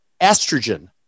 Estrogen